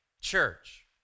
church